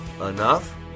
Enough